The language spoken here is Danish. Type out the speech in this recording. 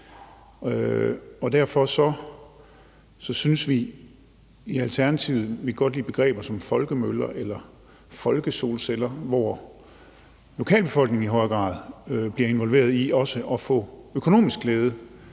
er, og vi i Alternativet synes godt om begreber som folkemøller eller folkesolceller, hvor lokalbefolkningen i højere grad bliver involveret i også at få økonomisk glæde